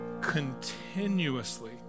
Continuously